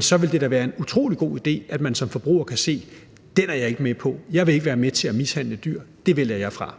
så vil det da være en utrolig god idé, at man som forbruger kan se det og sige, at den er jeg ikke med på; jeg vil ikke være med til at mishandle dyr, så det vælger jeg fra.